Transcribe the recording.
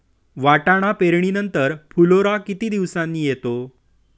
वाटाणा पेरणी नंतर फुलोरा किती दिवसांनी येतो?